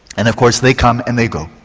and of course they come and they go.